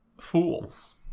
Fools